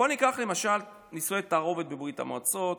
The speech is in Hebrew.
בואו ניקח למשל נישואי תערובת בברית המועצות,